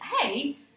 Hey